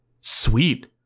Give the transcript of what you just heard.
sweet